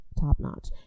top-notch